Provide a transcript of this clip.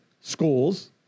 schools